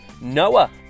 Noah